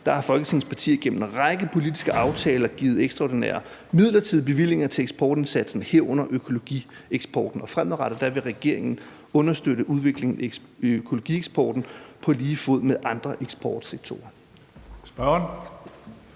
har Folketingets partier gennem en række politiske aftaler givet ekstraordinære midlertidige bevillinger til eksportindsatsen, herunder økologieksporten, og fremadrettet vil regeringen understøtte udviklingen i økologieksporten på lige fod med andre eksportsektorer.